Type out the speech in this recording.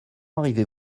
arrivez